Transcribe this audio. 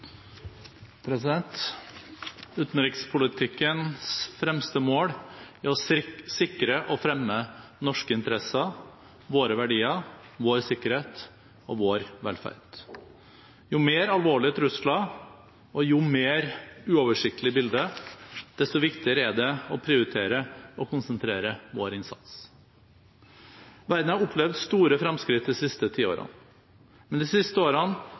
å sikre og fremme norske interesser – våre verdier, vår sikkerhet og vår velferd. Jo mer alvorlige trusler og jo mer uoversiktlig bilde, desto viktigere er det å prioritere og å konsentrere vår innsats. Verden har opplevd store framskritt de siste tiårene, men de siste årene